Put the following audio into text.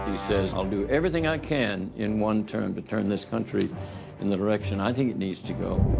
he says, i'll do everything i can in one term to turn this country in the direction i think it needs to go.